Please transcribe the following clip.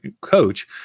coach